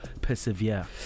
persevere